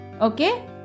Okay